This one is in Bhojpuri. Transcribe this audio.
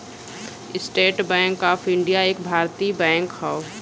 स्टेट बैंक ऑफ इण्डिया एक भारतीय बैंक हौ